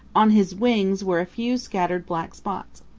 on his wings were a few scattered black spots.